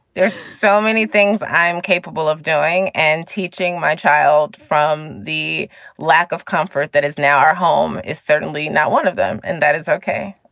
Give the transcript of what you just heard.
there's so many things i'm capable of doing and teaching my child from the lack of comfort that is now our home is certainly not one of them. and that is ok